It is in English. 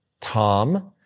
Tom